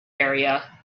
area